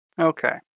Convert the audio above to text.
Okay